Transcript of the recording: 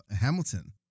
Hamilton